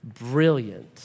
brilliant